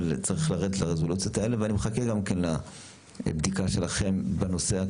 צריך לרדת לרזולוציות האלה ואני מחכה גם לבדיקה שלכם בנושא,